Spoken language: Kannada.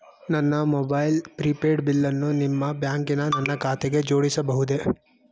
ನನ್ನ ಮೊಬೈಲ್ ಪ್ರಿಪೇಡ್ ಬಿಲ್ಲನ್ನು ನಿಮ್ಮ ಬ್ಯಾಂಕಿನ ನನ್ನ ಖಾತೆಗೆ ಜೋಡಿಸಬಹುದೇ?